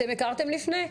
אתם הכרתם לפני כן?